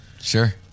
sure